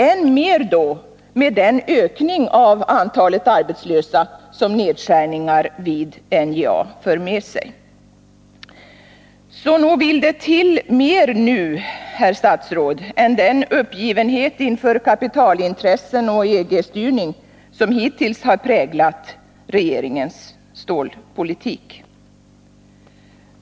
Än mer krävs detta med den ökning av antalet arbetslösa som nedskärningar vid NJA för med sig. Så nog vill det nu till mer, herr statsråd, än den uppgivenhet inför kapitalintressen och EG-styrning som hittills har präglat regeringens stålpolitik.